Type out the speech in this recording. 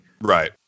Right